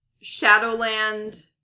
Shadowland